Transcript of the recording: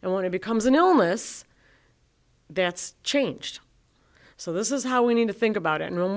and want to becomes an illness that's changed so this is how we need to think about and room